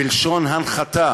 מלשון הנחתה.